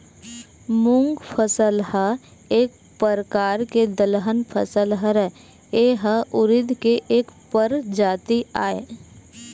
मूंग फसल ह एक परकार के दलहन फसल हरय, ए ह उरिद के एक परजाति आय